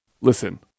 Listen